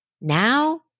Now